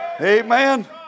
Amen